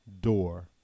door